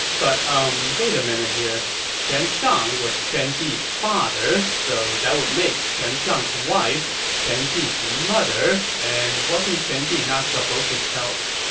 but umm, wait a minute here. quan shang was quan ji's father, so that would make quan shang's wife quan ji's mother, and wasn't quan ji not supposed to tell,